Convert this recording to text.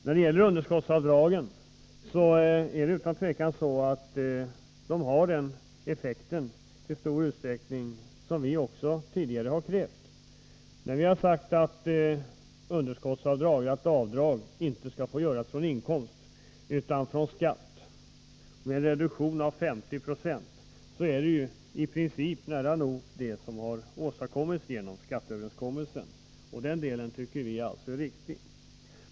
När det gäller underskottsavdragen är det utan tvivel så att de i stor utsträckning har fått den effekt som vi tidigare krävt, då vi sagt att avdrag inte skall få göras från inkomst utan från skatt och med en reduktion på 50 96. I princip är det nära nog detta som åstadkommits genom skatteöverenskommelsen. Den delen tycker vi alltså är riktig.